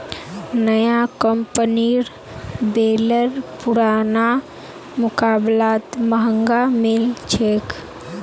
नया कंपनीर बेलर पुरना मुकाबलात महंगा मिल छेक